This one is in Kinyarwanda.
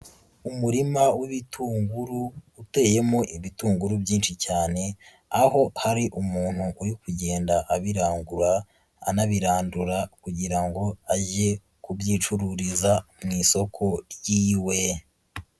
Umurima w'ibitunguru uteyemo ibitunguru byinshi cyane aho hari umuntu uri kugenda abirangura anabirandura kugira ngo age kubyicururiza mu isoko ryiwe.